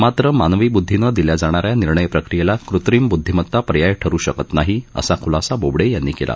मात्र मानवी बदधीनं दिल्या जाणा या निर्णयप्रक्रियेला कृत्रिम बदधिमता पर्याय ठरु शकत नाही असा खूलासा बोबडे यांनी केला